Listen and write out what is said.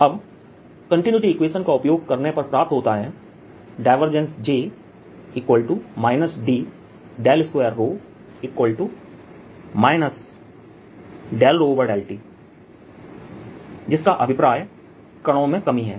अब continuity equation का उपयोग करने पर प्राप्त होता है j D2 ∂ρ∂t जिसका अभिप्राय कणों में कमी है